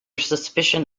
suspicion